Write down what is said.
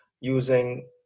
using